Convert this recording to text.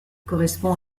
correspond